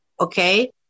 Okay